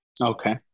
Okay